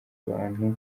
abantu